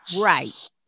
Right